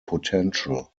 potential